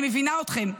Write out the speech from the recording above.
אני מבינה אתכם.